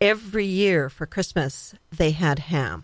every year for christmas they had h